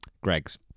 Greg's